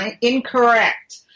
incorrect